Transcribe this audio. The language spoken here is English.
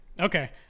Okay